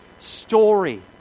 story